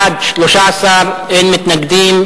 חוק לתיקון פקודת התעבורה (מס' 98), התשע"א 2010,